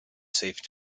save